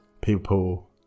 people